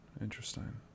Interesting